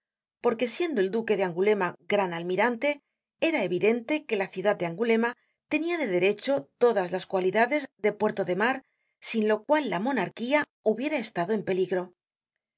porque siendo el duque de angulema gran almirante era evidente que la ciudad de angulema tenia de derecho todas las cualidades de puerto de mar sin lo cual la monarquía hubiera estado en peligro se